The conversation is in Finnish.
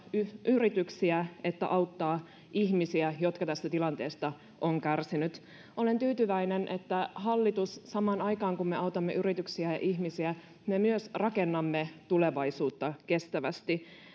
yrityksiä että auttaa ihmisiä jotka tästä tilanteesta ovat kärsineet olen tyytyväinen että hallitus samaan aikaan kun me autamme yrityksiä ja ihmisiä myös rakentaa tulevaisuutta kestävästi